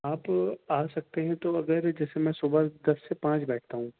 آپ آ سکتے ہیں تو اگر جیسے میں صُبح دس سے پانچ بیٹھتا ہوں